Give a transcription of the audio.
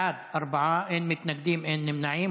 בעד, ארבעה, אין מתנגדים, אין נמנעים.